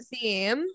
theme